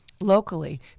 locally